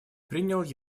принял